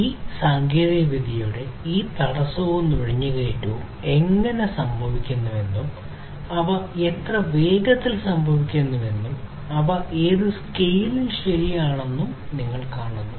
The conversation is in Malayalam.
ഈ സാങ്കേതികവിദ്യകളുടെ ഈ തടസ്സവും നുഴഞ്ഞുകയറ്റവും എങ്ങനെ സംഭവിക്കുന്നുവെന്നും അവ എത്ര വേഗത്തിൽ സംഭവിക്കുന്നുവെന്നും അവ ഏത് സ്കെയിലിൽ ശരിയാണെന്നും നിങ്ങൾ കാണുന്നു